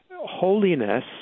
Holiness